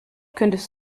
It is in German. könntest